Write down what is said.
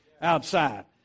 outside